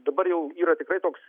dabar jau yra tikrai toks